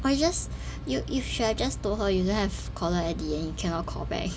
but you just you you should have just told her you don't have caller I_D you cannot call back